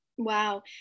Wow